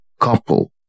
couple